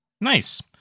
nice